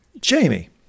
Jamie